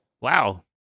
Wow